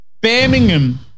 Birmingham